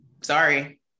Sorry